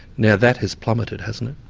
now that has plummeted hasn't it?